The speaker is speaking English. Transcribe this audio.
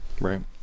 Right